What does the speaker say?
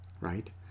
right